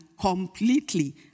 completely